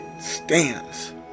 stands